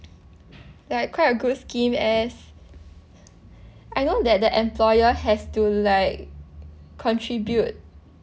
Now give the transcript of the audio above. ya quite a good scheme as I know that the employer has to like contribute